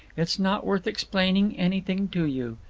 it's not worth explaining anything to you.